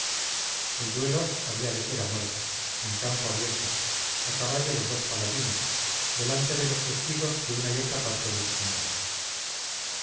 el duelo había de ser a muerte en campo abierto a caballo los dos paladines delante de los testigos que una y otra parte designaran